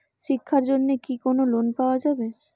শিক্ষার জন্যে কি কোনো লোন পাওয়া যাবে?